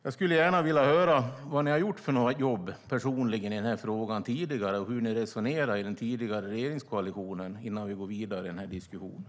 Jag skulle gärna vilja höra vad ni personligen har gjort i den här frågan tidigare och hur ni resonerade i den tidigare regeringskoalitionen innan vi går vidare i den här diskussionen.